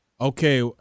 Okay